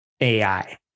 AI